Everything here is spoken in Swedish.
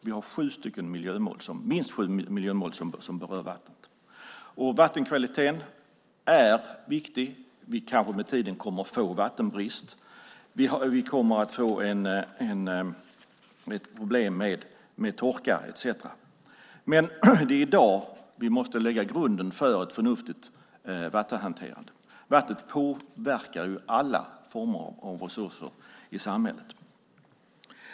Vi har minst sju miljömål som berör vattnet. Vattenkvaliteten är viktig. Vi kanske med tiden kommer att få vattenbrist, problem med torka etcetera. Det är i dag vi måste lägga grunden för ett förnuftigt vattenhanterande. Vattnet påverkar alla former av resurser i samhället.